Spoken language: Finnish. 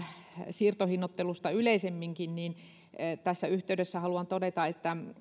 siirtohinnoittelusta yleisemminkin tässä yhteydessä haluan todeta että